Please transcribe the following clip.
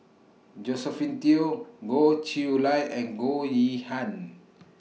Josephine Teo Goh Chiew Lye and Goh Yihan